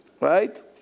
right